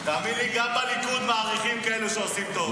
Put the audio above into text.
תאמין לי, גם בליכוד מעריכים כאלה שעושים טוב.